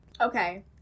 okay